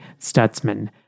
Stutzman